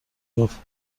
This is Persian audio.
گفت